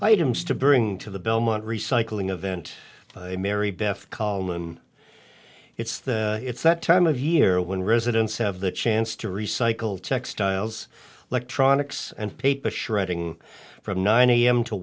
items to bring to the belmont recycling a vent mary beth collin it's the it's that time of year when residents have the chance to recycle textiles electronics and paper shredding from nine am to